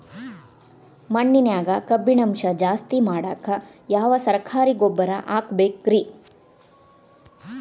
ಮಣ್ಣಿನ್ಯಾಗ ಕಬ್ಬಿಣಾಂಶ ಜಾಸ್ತಿ ಮಾಡಾಕ ಯಾವ ಸರಕಾರಿ ಗೊಬ್ಬರ ಹಾಕಬೇಕು ರಿ?